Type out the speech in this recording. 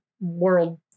world